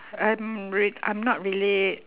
I'm r~ I'm not really